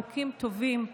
חוקים טובים,